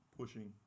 pushing